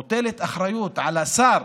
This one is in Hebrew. מוטלת אחריות על השר,